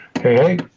Hey